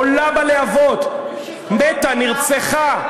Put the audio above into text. עולה בלהבות, מתה, נרצחה,